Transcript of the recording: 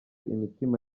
imitima